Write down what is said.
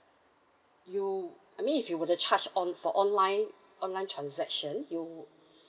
you I mean if you were to charge on for online online transaction you